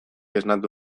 esnatu